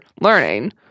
learning